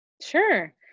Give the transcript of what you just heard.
Sure